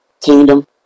kingdom